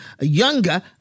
younger